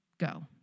Go